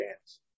chance